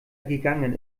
gegangen